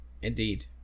Indeed